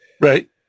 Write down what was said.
Right